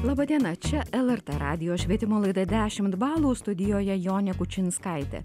laba diena čia lrt radijo švietimo laida dešimt balų studijoje jonė kučinskaitė